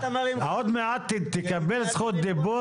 עוד מעט תקבל זכות דיבור.